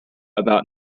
about